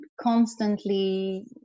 constantly